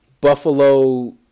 Buffalo